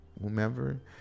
whomever